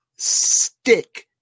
stick